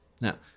Now